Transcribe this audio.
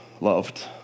loved